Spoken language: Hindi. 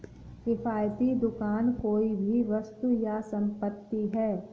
किफ़ायती दुकान कोई भी वस्तु या संपत्ति है